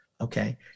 okay